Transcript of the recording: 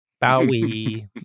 Bowie